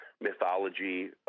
mythology